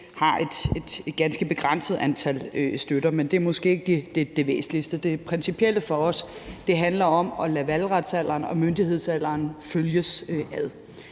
har et ganske begrænset antal støtter, men det er måske ikke det væsentligste. Det principielle for os handler om at lade valgretsalderen og myndighedsalderen følges ad.